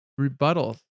rebuttals